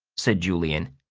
said julian.